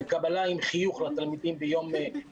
בקבלה של התלמידים עם חיוך ביום ראשון,